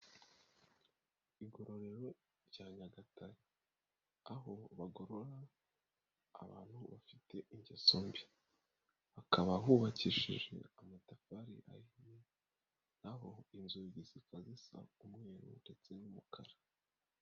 Igororero rya Nyagatare aho bagorora abantu bafite ingeso mbi hakaba hubakishije amatafarina naho inzugi zikasa umweru ndetse n'umukara.